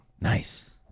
nice